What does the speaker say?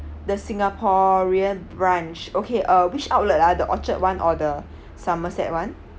the singaporean branch okay uh which outlet ah the orchard one or the somerset one